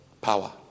Power